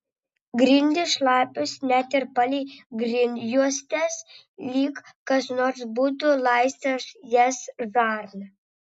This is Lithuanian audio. grindys šlapios net ir palei grindjuostes lyg kas nors būtų laistęs jas žarna